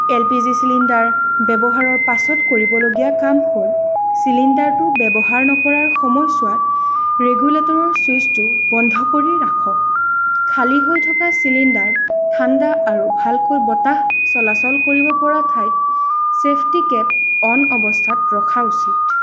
L P G cylinder ব্যৱহাৰৰ পাছত কৰিবলগীয়া কাম হ'ল চিলিণ্ডাৰটো ব্যৱহাৰ নকৰাৰ সময়ছোৱাত ৰেগুলেটৰৰ চুইচটো বন্ধ কৰি ৰাখক খালী হৈ থকা চিলিণ্ডাৰ ঠাণ্ডা আৰু ভালকৈ বতাহ চলাচল কৰিব পৰা ঠাইত চেফটীকৈ অ'ন অৱস্থাত ৰখা উচিত